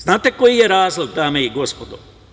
Znate koji je razlog, dame i gospodo?